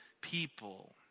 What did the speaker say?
people